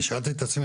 אני שאלתי את עצמי,